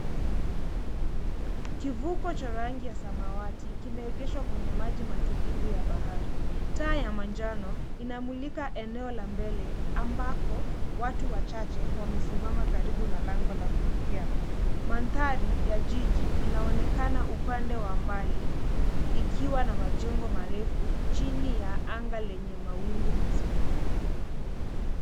Kivuko cha rangi ya samawati kimeegeshwa kwenye maji matulivu ya bahari. Taa ya manjano inamulika eneo la mbele ambako watu wachache wamesimama karibu na lango la kuingia. Mandhari ya jiji inaonekana upande wa mbali ikiwa na majengo marefu chini ya anga yenye mawingu mazito.